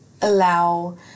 allow